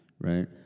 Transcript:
right